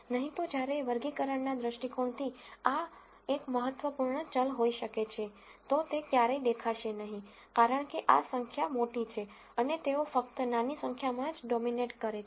નહિ તો જ્યારે વર્ગીકરણના દૃષ્ટિકોણથી આ એક મહત્વપૂર્ણ ચલ હોઈ શકે છે તો તે ક્યારેય દેખાશે નહીં કારણ કે આ સંખ્યા મોટી છે અને તેઓ ફક્ત નાની સંખ્યામાં જ ડોમીનેટ કરે છે